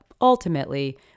Ultimately